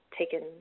taken